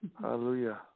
Hallelujah